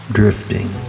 drifting